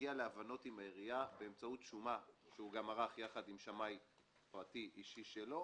להגיע להבנות עם העירייה באמצעות שומה שהוא ערך עם שמאי פרטי שלו,